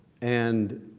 and